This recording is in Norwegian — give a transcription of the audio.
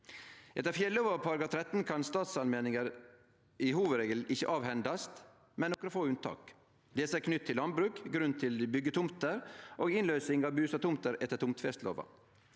Etter fjellova § 13 kan statsallmenningar som hovudregel ikkje avhendast, med nokre få unntak. Desse er knytte til landbruk, grunn til byggetomter og innløysing av bustadtomter etter tomtefestelova.